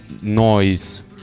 noise